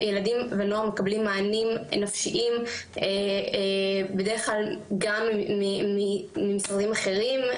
ילדים ונוער מקבלים מענים נפשיים בדרך כלל גם ממשרדים אחרים,